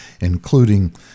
including